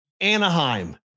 Anaheim